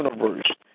universe